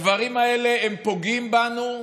הדברים האלה פוגעים בנו,